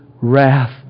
wrath